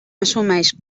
assumeix